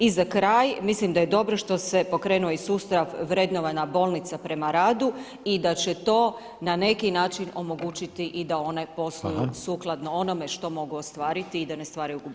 I za kraj mislim da je dobro što se pokrenuo i sustav vrednovanja bolnica prema radu i da će to na neki način omogućiti i da one posluju sukladno onome što mogu ostvariti i da ne stvaraju gubitke.